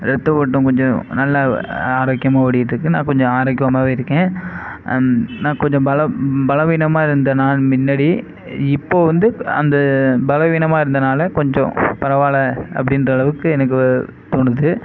ரத்த ஓட்டம் கொஞ்சம் நல்ல ஆரோக்கியமாக ஓடிட்டிருக்கு நான் கொஞ்சம் ஆரோக்கியமாகவே இருக்கேன் நான் கொஞ்சம் பலம் பலவீனமாக இருந்த நான் முன்னாடி இப்போது வந்து அந்த பலவீனமாக இருந்ததனால கொஞ்சம் பரவாயில்ல அப்படின்ற அளவுக்கு எனக்கு தோணுது